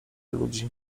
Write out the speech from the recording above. ludzi